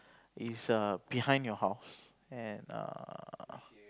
is err behind your house and err